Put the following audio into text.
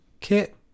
kit